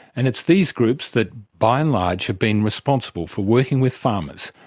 and it's these groups that, by and large, have been responsible for working with farmers,